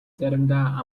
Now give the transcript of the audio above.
заримдаа